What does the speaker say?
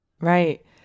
Right